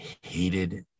Hated